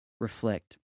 reflect